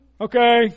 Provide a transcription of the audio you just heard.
Okay